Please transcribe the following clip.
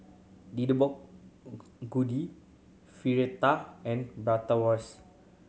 Deodeok Fritada and Bratwurst